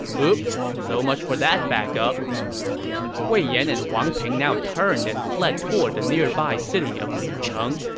oops, so much for that backup wei yan and wang ping now turned and fled toward the nearby city of liucheng,